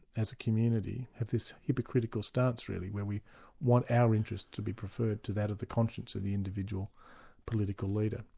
as a community, have this hypocritical stance really, where we want our interests to be preferred to that of the conscience of the individual political leader.